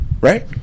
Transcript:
Right